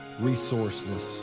resourceless